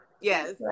Yes